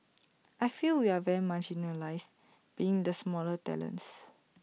I feel we are very marginalised being the smaller tenants